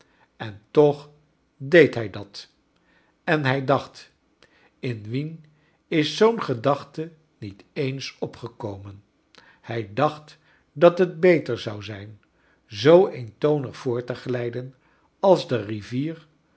en toch deed hij dat en hij dacht in wien is zoo'n gedachte niet eens opgekomen hij dacht dat het beter zou zijn zoo eentonig voort te glrjden als de rivier